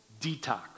Detox